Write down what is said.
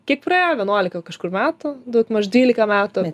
kiek praėjo vienuolika jau kažkur metų daugmaž dvylika metų